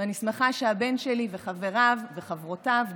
ואני שמחה שהבן שלי וחבריו וחברותיו,